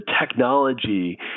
technology